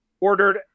Ordered